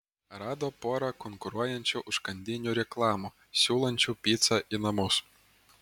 rado porą konkuruojančių užkandinių reklamų siūlančių picą į namus